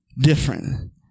different